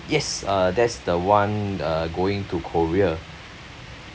yes uh that's the one uh going to korea